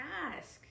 ask